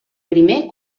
primer